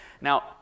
Now